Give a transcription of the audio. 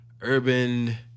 urban